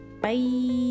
Bye